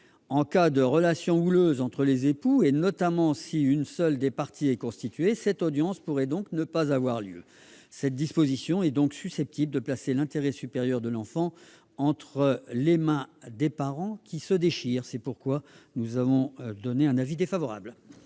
En cas de relations houleuses entre les époux, et notamment si une seule des parties est constituée, cette audience pourrait donc ne pas avoir lieu. Cette disposition est par conséquent susceptible de placer l'intérêt supérieur de l'enfant entre les mains de parents qui se déchirent. Pour ces raisons, la commission a émis un avis défavorable